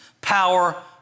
power